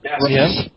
Yes